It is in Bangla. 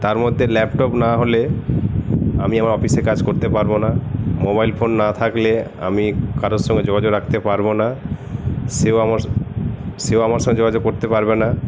তার মধ্যে ল্যাপটপ না হলে আমি আমার অফিসের কাজ করতে পারবো না মোবাইল ফোন না থাকলে আমি কারোর সঙ্গে যোগাযোগ রাখতে পারবো না সেও আমার সেও আমার সঙ্গে যোগাযোগ করতে পারবে না